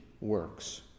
works